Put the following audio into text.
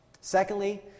Secondly